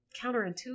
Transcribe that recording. counterintuitive